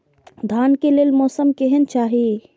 धान के लेल मौसम केहन चाहि?